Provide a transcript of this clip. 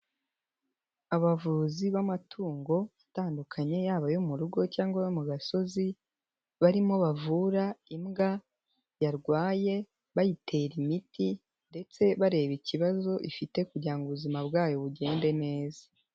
Abavuzi b'amatungo atandukanye yaba ayo mu rugo cyangwa ayo mu gasozi, barimo bavura imbwa yarwaye bayitera imiti ndetse bareba ikibazo ifite kugira ngo ubuzima bwayo bugende neza.